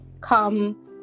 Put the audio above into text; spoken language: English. come